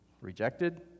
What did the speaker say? rejected